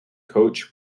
coach